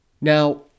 Now